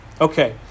Okay